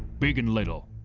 big and little.